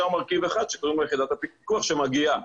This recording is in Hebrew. מרכיב אחד שקוראים לו יחידת הפיקוח שמגיעה,